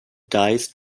dies